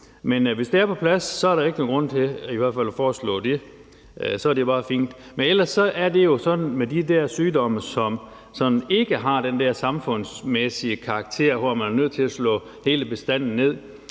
Men hvis det er på plads, er der ikke nogen grund til at foreslå det, så er det bare fint. Men ellers er det jo sådan med de der sygdomme, som ikke har den der samfundsmæssige karakter, hvor man er nødt til at slå hele bestanden ned